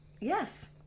Yes